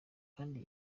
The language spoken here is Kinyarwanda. kandi